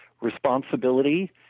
responsibility